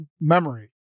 memory